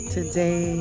Today